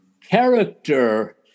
character